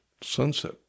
sunset